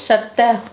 सत